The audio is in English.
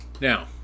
Now